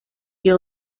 και